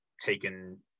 taken